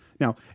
Now